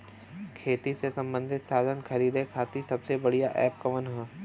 खेती से सबंधित साधन खरीदे खाती सबसे बढ़ियां एप कवन ह?